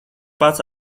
pats